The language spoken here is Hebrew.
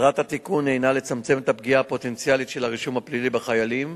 מטרת התיקון היא לצמצם את הפגיעה הפוטנציאלית של הרישום הפלילי בחיילים